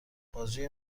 بازوی